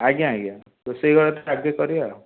ଆଜ୍ଞା ଆଜ୍ଞା ରୋଷେଇ ଘରେ କାର୍ଯ୍ୟ କରିବା ଆଉ